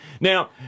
Now